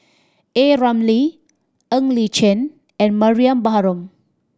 A Ramli Ng Li Chin and Mariam Baharom